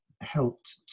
helped